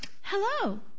hello